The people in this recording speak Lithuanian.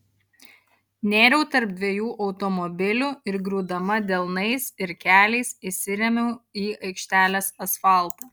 nėriau tarp dviejų automobilių ir griūdama delnais ir keliais įsirėmiau į aikštelės asfaltą